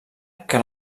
que